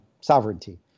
sovereignty